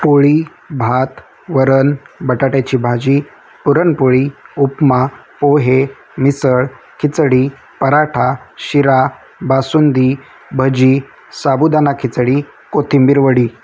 पोळी भात वरण बटाट्याची भाजी पुरणपोळी उपमा पोहे मिसळ खिचडी पराठा शिरा बासुंदी भजी साबुदाणा खिचडी कोथिंबीर वडी